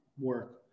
work